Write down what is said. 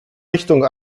richtung